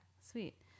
sweet